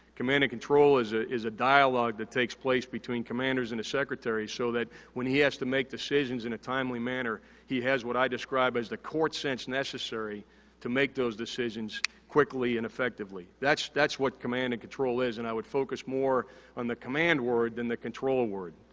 command and control is ah is a dialogue that takes place between commanders and the secretary so that when he has to make decisions in a timely manner, he has what i describe as the court sense necessary to make those decisions quickly and effectively. that's that's what command and control is and i would focus more on the command word than the control word,